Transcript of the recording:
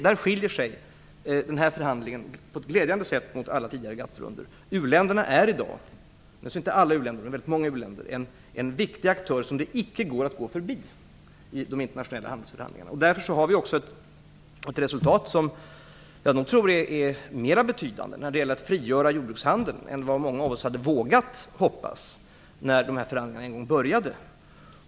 Där skiljer sig den här förhandlingen på ett glädjande sätt mot alla tidigare GATT-rundor. U-länderna är i dag - inte alla u-länder, men väldigt många av dem - viktiga aktörer som man inte kan förbigå i de internationella handelsförhandlingarna. Därför har vi också fått ett resultat som jag tror är mer betydande när det gäller att frigöra jordbrukshandeln än av många av oss vågat hoppas när dessa förhandlingar en gång började.